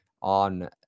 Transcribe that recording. on